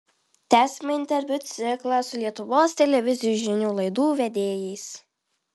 tęsiame interviu ciklą su lietuvos televizijų žinių laidų vedėjais